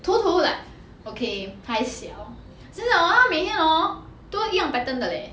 头头 like okay 还小现在 hor 他每天 hor 都一样 pattern 的 leh